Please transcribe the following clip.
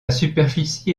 superficie